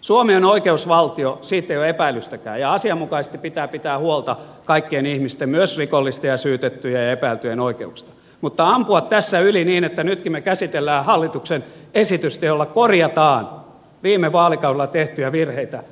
suomi on oikeusvaltio siitä ei ole epäilystäkään ja asianmukaisesti pitää pitää huolta kaikkien ihmisten myös rikollisten ja syytettyjen ja epäiltyjen oikeuksista mutta ampuminen tässä yli niin että nytkin me käsittelemme hallituksen esitystä jolla korjataan viime vaalikaudella tehtyjä virheitä